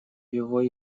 его